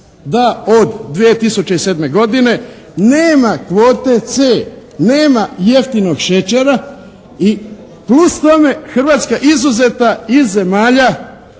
da od 2007. godine nema kvote c), nema jeftinog šećera i plus tome Hrvatska izuzeta iz zemalja